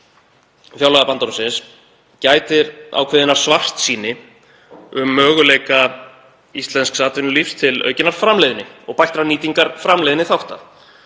fjárlagabandormsins gætir ákveðinnar svartsýni um möguleika íslensks atvinnulífs til aukinnar framleiðni og bættrar nýtingar framleiðniþátta.